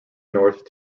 north